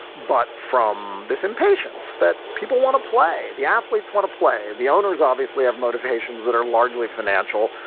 but from this impatience that people want to play. the athletes want to play. the owners obviously have motivations that are largely financial.